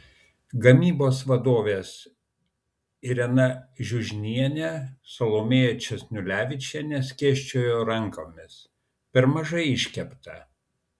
gamybos vadovės irena žiužnienė salomėja česnulevičienė skėsčiojo rankomis per mažai iškepta